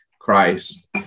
Christ